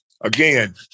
Again